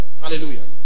Hallelujah